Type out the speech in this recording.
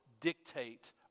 dictate